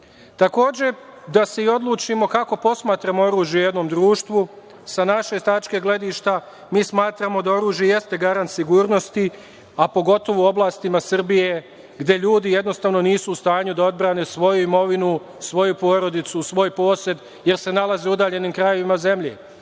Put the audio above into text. treba da se odlučimo kako posmatramo oružje u jednom društvu. Sa naše tačke gledišta, mi smatramo da oružje jeste garant sigurnosti, a pogotovo u oblastima Srbije gde ljudi jednostavno nisu u stanju da odbrane svoju imovinu, svoju porodicu, svoj posed, jer se nalaze u udaljenim krajevima zemlje,